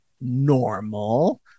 normal